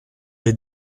est